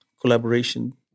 collaboration